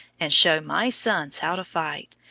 and show my sons how to fight,